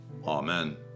Amen